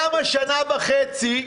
למה שנה וחצי?